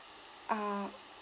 uh